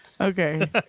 Okay